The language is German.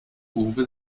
uwe